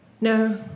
No